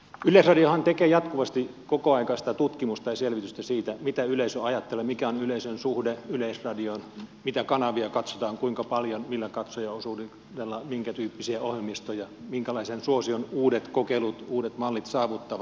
yleisradiohan tekee jatkuvasti kokoaikaista tutkimusta ja selvitystä siitä mitä yleisö ajattelee mikä on yleisön suhde yleisradioon mitä kanavia katsotaan kuinka paljon millä katsojaosuudella minkä tyyppisiä ohjelmistoja minkälaisen suosion uudet kokeilut uudet mallit saavuttavat